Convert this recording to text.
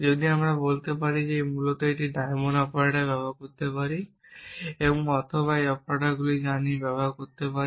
যদি আমি বলতে চাই তবে আমি মূলত একটি ডায়মন্ড অপারেটর ব্যবহার করতে পারি। এবং অথবা আমি এই অপারেটরকে জানি ব্যবহার করতে পারি